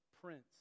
prince